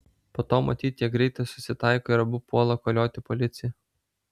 po to matyt jie greitai susitaiko ir abu puola kolioti policiją